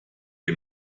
die